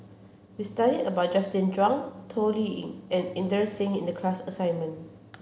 we studied about Justin Zhuang Toh Liying and Inderjit Singh in the class assignment